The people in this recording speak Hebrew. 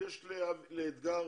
לחיים אתגר